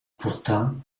pourtant